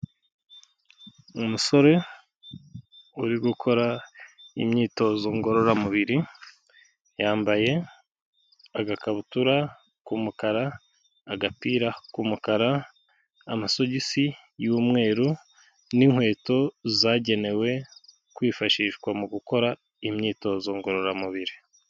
Umusore uri gukora imyitozo ngororamubiri, yambaye agakabutura k'umukara, agapira k'umukara, amasogisi y'umweru n'inkweto zagenewe kwifashishwa mu gukora imyitozo ngororamubiri.